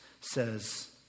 says